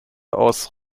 aus